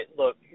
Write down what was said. look